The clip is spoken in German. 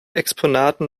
exponaten